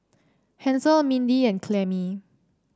Hansel Mindy and Clemmie